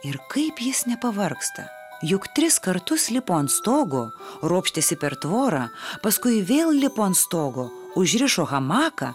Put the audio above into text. ir kaip jis nepavargsta juk tris kartus lipo ant stogo ropštėsi per tvorą paskui vėl lipo ant stogo užrišo hamaką